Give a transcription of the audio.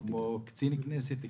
כמו קצין הכנסת,